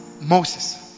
moses